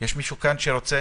יש מישהו שרוצה?